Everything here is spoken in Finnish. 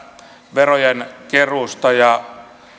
verojen keruusta ja